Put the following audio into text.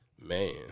Man